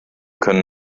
können